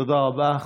תודה רבה.